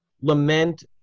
lament